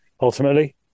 ultimately